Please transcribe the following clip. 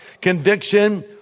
conviction